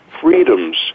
freedoms